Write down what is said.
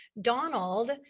Donald